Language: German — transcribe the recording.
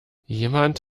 jemand